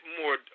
more